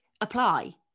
apply